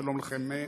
שלום לכם.